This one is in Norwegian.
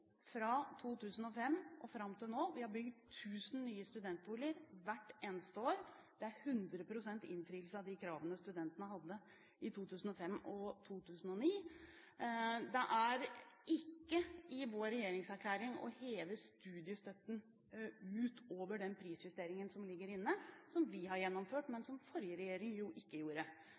hvert eneste år. Det er 100 pst. innfrielse av de kravene studentene hadde i 2005 og 2009. Det ligger ikke i vår regjeringserklæring å heve studiestøtten utover den prisjusteringen som ligger inne, og som vi har gjennomført, men som den forrige regjeringen ikke gjorde.